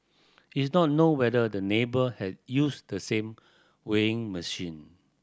it's not known whether the neighbour had used the same weighing machine